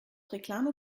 reklame